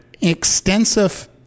extensive